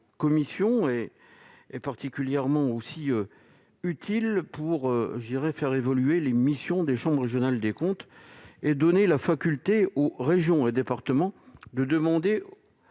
commission est particulièrement utile pour faire évoluer les missions des chambres régionales des comptes et donner la faculté aux régions et départements de demander